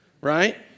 right